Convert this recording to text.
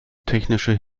technische